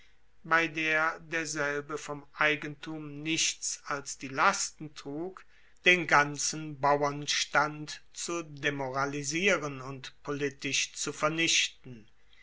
bei der derselbe vom eigentum nichts als die lasten trug den ganzen bauernstand zu demoralisieren und politisch zu vernichten